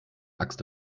axt